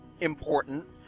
important